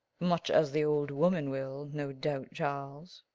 much as the old woman will, no doubt, charles.